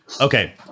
okay